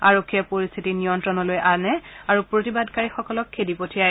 আৰক্ষীয়ে পৰিস্থিতি নিয়ন্ত্ৰণলৈ আনে আৰু প্ৰতিবাদকাৰীসকলক খেদি পঠিয়ায়